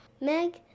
Meg